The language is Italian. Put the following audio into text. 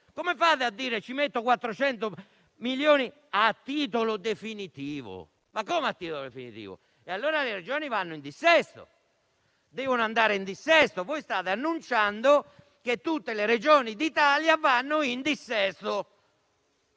Come fate a dire di mettere 400 milioni a titolo definitivo? Come a titolo definitivo? Allora le Regioni vanno in dissesto. Devono andare in dissesto. Voi state annunciando che tutte le Regioni d'Italia andranno in dissesto.